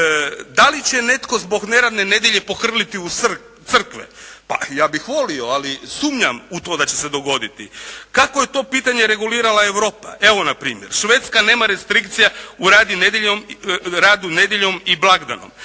Da li će netko zbog neradne nedjelje pohrliti u crkve. Pa ja bih volio ali sumnjam u to da će se dogoditi. Kako je to pitanje regulirala Europa? Evo na primjer, Švedska nema restrikcija u radu nedjeljom i blagdanom.